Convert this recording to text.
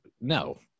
no